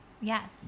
yes